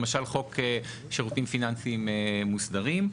למשל חוק שירותים פיננסיים מוסדרים,